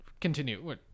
continue